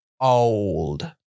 old